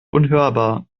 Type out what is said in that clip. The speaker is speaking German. unhörbar